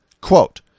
Quote